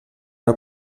una